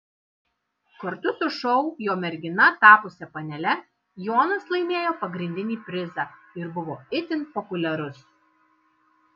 kartu su šou jo mergina tapusia panele jonas laimėjo pagrindinį prizą ir buvo itin populiarus